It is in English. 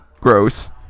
Gross